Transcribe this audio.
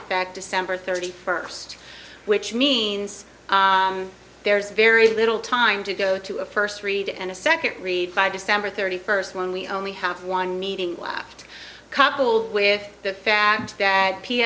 back december thirty first which means there's very little time to go to a first read and a second read by december thirty first when we only have one meeting last coupled with the fact that p